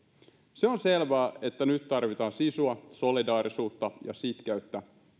se on selvää että nyt tarvitaan sisua solidaarisuutta ja sitkeyttä